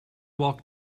walked